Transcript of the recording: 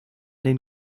den